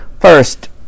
First